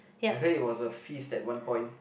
I heard it was a feast at one point